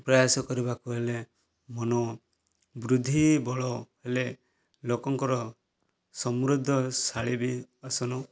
ପ୍ରୟାସ କରିବାକୁ ହେଲେ ମନ ବୃଦ୍ଧି ବଳ ହେଲେ ଲୋକଙ୍କର ସମୃଦ୍ଧଶାଳୀ ବି ଆସନ